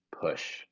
Push